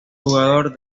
jugador